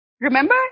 Remember